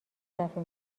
دفه